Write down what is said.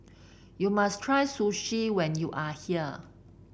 you must try Sushi when you are here